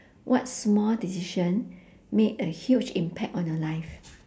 what small decision made a huge impact on your life